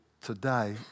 today